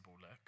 look